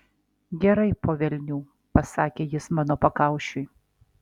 gerai po velnių pasakė jis mano pakaušiui